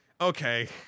Okay